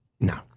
No